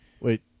Wait